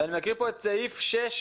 אקרא פה את סעיף 6,